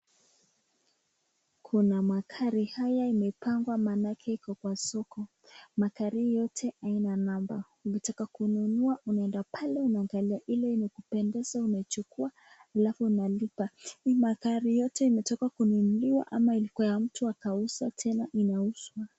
Kuna magari haya imepangwa maanake iko kwa soko. Magari hii yote haina number . Ukitaka kununua unaenda pale unaangalia ile inakupendeza unachukua alafu unalipa. Hii magari yote inataka kununuliwa ama iko ya mtu akauza tena inauza.